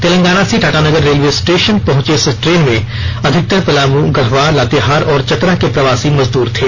तेलंगाना से Tatanagar railway station पहंची इस ट्रेन में अधिकतर पलाम गढ़वा लातेहार और चतरा के प्रवासी मजदूर थे